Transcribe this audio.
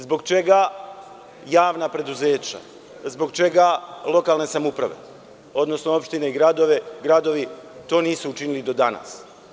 Zbog čega javna preduzeća, zbog čega lokalne samouprave, odnosno opštine i gradovi to nisu učinili do danas?